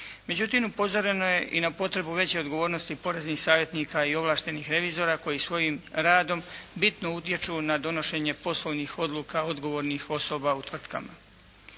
Međutim, upozoreno je i na potrebu veće odgovornosti poreznih savjetnika i ovlaštenih revizora koji svojim radom bitno utječu na donošenje poslovnih odluka odgovornih osoba u tvrtkama.